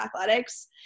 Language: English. athletics